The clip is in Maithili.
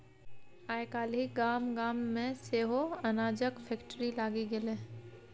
आय काल्हि गाम गाम मे सेहो अनाजक फैक्ट्री लागि गेलै